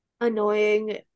annoying